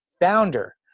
founder